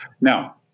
Now